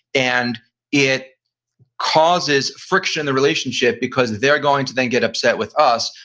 and it causes friction in the relationship because they're going to then get upset with us.